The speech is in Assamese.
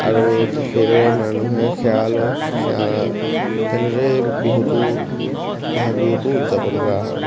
আৰু সেইদৰে মানুহে সেৱা লয় সেৱা তেনেদৰেই বিহুটো বহাগ বিহুটো উদযাপন কৰা হয়